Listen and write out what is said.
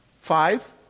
five